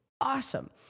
awesome